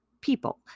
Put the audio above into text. people